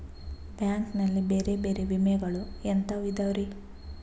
Bank ನಲ್ಲಿ ಬೇರೆ ಬೇರೆ ವಿಮೆಗಳು ಎಂತವ್ ಇದವ್ರಿ?